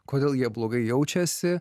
kodėl jie blogai jaučiasi